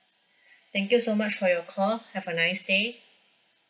thank you so much for your call have a nice day